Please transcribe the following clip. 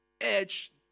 edge